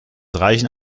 reichen